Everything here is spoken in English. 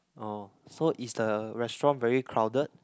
oh so is the restaurant very crowded